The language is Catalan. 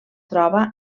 troba